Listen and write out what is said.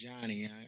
Johnny